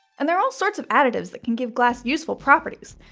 and there are all sorts of additives that can give glass useful properties.